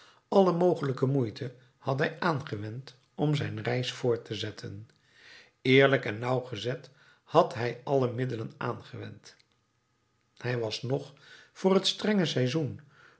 alle mogelijke moeite had hij aangewend om zijn reis voort te zetten eerlijk en nauwgezet had hij alle middelen aangewend hij was noch voor het strenge seizoen